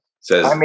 says